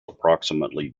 approximately